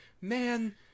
man